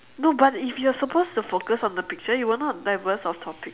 no but if you are supposed to focus on the picture you will not divert your topic